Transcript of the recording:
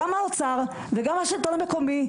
גם האוצר וגם השלטון המקומי,